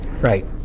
Right